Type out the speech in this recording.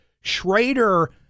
Schrader